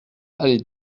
allée